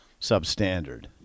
substandard